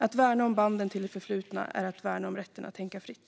Att värna om banden till det förflutna är att värna om rätten att tänka fritt.